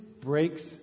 breaks